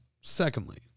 Secondly